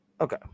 Okay